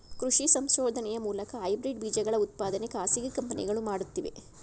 ಕೃಷಿ ಸಂಶೋಧನೆಯ ಮೂಲಕ ಹೈಬ್ರಿಡ್ ಬೀಜಗಳ ಉತ್ಪಾದನೆ ಖಾಸಗಿ ಕಂಪನಿಗಳು ಮಾಡುತ್ತಿವೆ